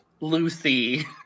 Lucy